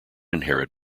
inherit